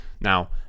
Now